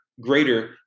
greater